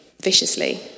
viciously